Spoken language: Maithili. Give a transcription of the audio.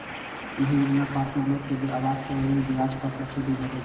एहि योजनाक पात्र लोग कें देय आवास ऋण ब्याज पर सब्सिडी भेटै छै